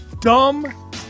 dumb